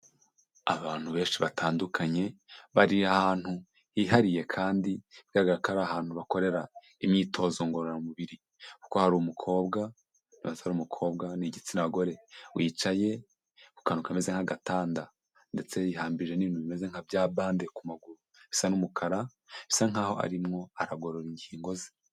Abantu benshi batandukanye bari hantu hihariye kandi bigaragara ko ari ahantu bakorera imyitozo ngororamubiri. Kuko hari umukobwa niba atari umukobwa ni igitsina gore wicaye ku kantu kameze nk'agatanda, ndetse yihambira n'ibintu bimeze nka bya bande ku maguru bisa n'umukara bisa nkaho arimo aragorora ingingo ze.